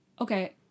Okay